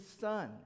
son